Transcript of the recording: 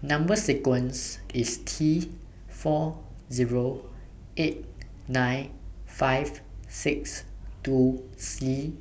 Number sequence IS T four Zero eight nine five six two C